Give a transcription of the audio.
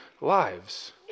lives